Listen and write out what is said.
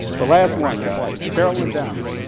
the last one guys, carolyn downs.